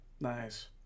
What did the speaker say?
Nice